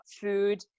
Food